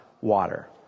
water